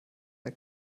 der